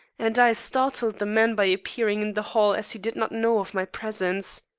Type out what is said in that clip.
and i startled the man by appearing in the hall, as he did not know of my presence.